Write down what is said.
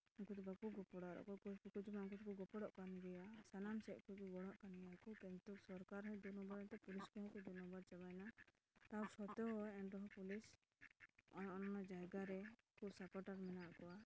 ᱩᱱᱠᱩ ᱫᱚ ᱵᱟᱠᱚ ᱜᱚᱯᱲᱚᱜᱼᱟ ᱚᱠᱚᱭ ᱠᱚ ᱜᱷᱩᱥ ᱵᱟᱠᱚ ᱡᱚᱢᱟ ᱩᱱᱠᱩ ᱫᱚᱠᱚ ᱜᱚᱯᱚᱲᱚᱜ ᱠᱟᱱ ᱜᱮᱭᱟ ᱥᱟᱱᱟᱢ ᱥᱮᱫ ᱠᱚ ᱜᱚᱲᱚᱜ ᱠᱟᱱ ᱜᱮᱭᱟ ᱠᱚ ᱠᱤᱱᱛᱩ ᱥᱚᱨᱠᱟᱨ ᱦᱚᱸᱭ ᱫᱩ ᱱᱚᱵᱚᱨ ᱮᱱᱛᱮ ᱯᱩᱞᱤᱥ ᱠᱚᱦᱚᱸ ᱠᱚ ᱫᱩᱱᱚᱢᱵᱚᱨ ᱪᱟᱵᱟᱭᱮᱱᱟ ᱛᱟᱥᱚᱯᱛᱮᱣ ᱮᱱ ᱨᱮᱦᱚᱸ ᱯᱩᱞᱤᱥ ᱚᱱᱼᱚᱱᱟ ᱡᱟᱭᱜᱟ ᱨᱮ ᱠᱚ ᱥᱟᱯᱚᱴᱟᱨ ᱢᱮᱱᱟᱜ ᱠᱚᱣᱟ